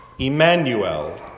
Emmanuel